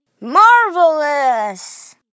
Marvelous